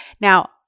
Now